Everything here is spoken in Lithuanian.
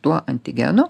tuo antigenu